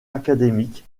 académique